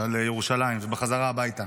מירושלים, בחזרה הביתה.